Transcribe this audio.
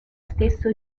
stesso